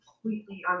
completely